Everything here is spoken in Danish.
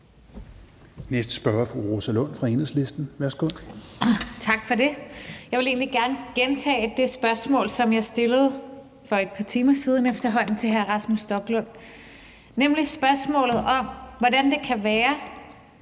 næste spørger er fru Rosa Lund fra Enhedslisten. Værsgo. Kl. 16:04 Rosa Lund (EL): Tak for det. Jeg vil egentlig gerne gentage det spørgsmål, som jeg stillede for efterhånden et par timer siden til hr. Rasmus Stoklund, nemlig spørgsmålet om, hvordan det kan være,